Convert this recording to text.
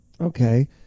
Okay